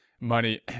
money